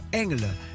engelen